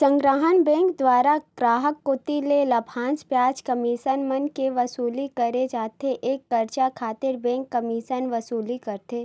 संग्रहन बेंक दुवारा गराहक कोती ले लाभांस, बियाज, कमीसन मन के वसूली करे जाथे ये कारज खातिर बेंक कमीसन वसूल करथे